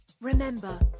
Remember